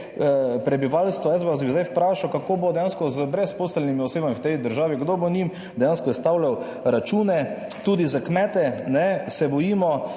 prebivalstva. Jaz bi vas zdaj vprašal, kako bo dejansko z brezposelnimi osebami v tej državi. Kdo bo njim dejansko izstavljal račune? Tudi za kmete se bojimo,